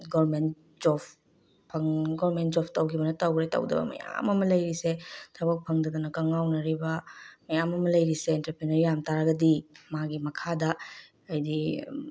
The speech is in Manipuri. ꯒꯣꯔꯃꯦꯟ ꯖꯣꯞ ꯒꯣꯔꯃꯦꯟ ꯖꯣꯞ ꯇꯧꯈꯤꯕꯅ ꯇꯧꯈ꯭ꯔꯦ ꯇꯧꯗꯕ ꯃꯌꯥꯝ ꯑꯃ ꯂꯩꯔꯤꯁꯦ ꯊꯕꯛ ꯐꯪꯗꯗꯅ ꯀꯪꯉꯥꯎꯅꯔꯤꯕ ꯃꯌꯥꯝ ꯑꯃ ꯂꯩꯔꯤꯁꯦ ꯑꯦꯟꯇꯔꯄ꯭ꯔꯦꯅꯔ ꯌꯥꯝꯕ ꯇꯥꯔꯒꯗꯤ ꯃꯥꯒꯤ ꯃꯈꯥꯗ ꯍꯥꯏꯗꯤ